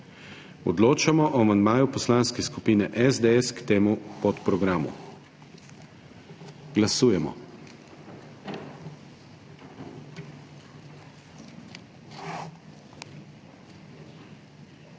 Odločamo o amandmaju Poslanske skupine SDS k temu podprogramu. Glasujemo.